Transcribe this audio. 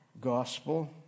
gospel